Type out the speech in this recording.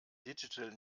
digital